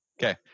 Okay